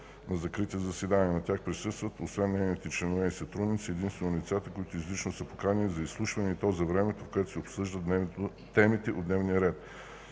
на закрити заседания. На тях присъстват освен нейните членове и сътрудници, единствено лицата, които изрично са поканени за изслушване и то за времето, в което се обсъждат темите от дневния ред.